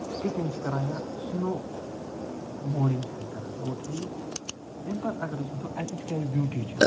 skating چھِ کران یا سُنوٚو بوڈِنٛگ چھِ اَتہِ کران گوٚو ٹھیٖک اَمہِ پَتہٕ اَگر أسۍ وچھُو أتِچۍ کیٛاہ چھِ بیٛوٗٹی چھِ